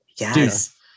yes